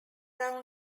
round